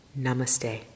Namaste